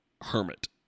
hermit